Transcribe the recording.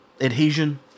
adhesion